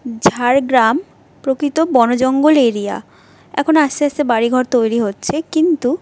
ঝাড়গ্রাম প্রকৃত বনজঙ্গল এরিয়া এখন আস্তে আস্তে বাড়িঘর তৈরি হচ্ছে কিন্তু